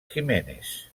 giménez